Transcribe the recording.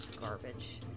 Garbage